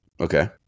Okay